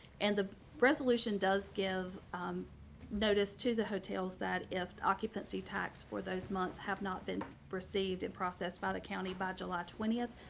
and the resolution does give notice to the hotels that if occupancy tax for those months have not been received and processed by the county by july twenty. ah